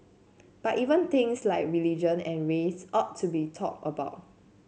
but even things like religion and race ought to be talked about